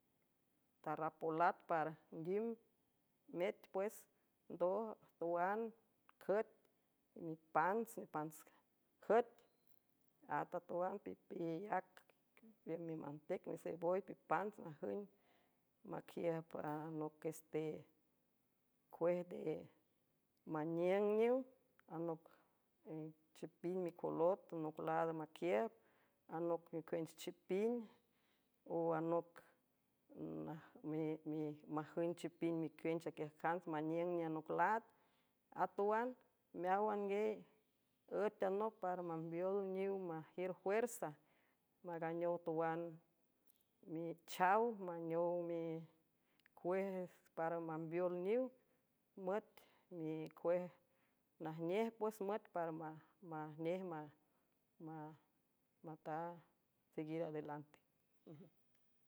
Tarrapolat para ndim met pues ndo tawan cüet y mipants mipants cüet at atawan pipiyactiü mimantec nisey boy pipánts najüng maquiiüjb ano ces te cuej nde maníüng niw anoc chipin micolot anoc laada maquiiüb anoc micuench chipin o anocmajünchipin micuench aquiüjcants maniüng niwanoc laad atawan meáwan giay üet anoc para mambeol niw majiür fuerza maganeow twan michaw maneow miues para mambeol niw müetmiej najnej pues müet para majnej mata seguir adelante.